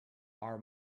our